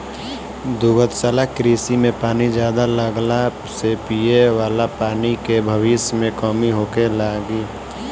दुग्धशाला कृषि में पानी ज्यादा लगला से पिये वाला पानी के भविष्य में कमी होखे लागि